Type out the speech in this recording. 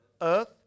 earth